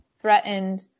threatened